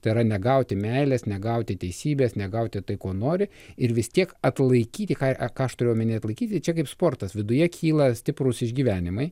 tai yra negauti meilės negauti teisybės negauti tai ko nori ir vis tiek atlaikyti ką ką aš turiu omenyje atlaikyti čia kaip sportas viduje kyla stiprūs išgyvenimai